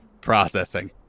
processing